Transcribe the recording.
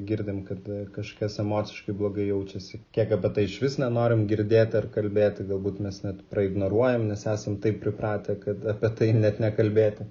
girdim kad kažkas emociškai blogai jaučiasi kiek apie tai išvis nenorim girdėti ar kalbėti galbūt mes net praignoruojam nes esam taip pripratę kad apie tai net nekalbėti